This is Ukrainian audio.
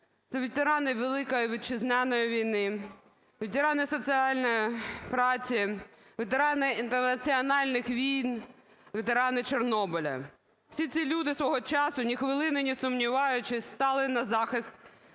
це ветерани Великої Вітчизняної війни, ветерани соціальної праці, ветерани інтернаціональних війн, ветерани Чорнобиля. Всі ці люди свого часі, ні хвилини не сумніваючись, стали на захист